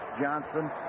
Johnson